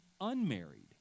unmarried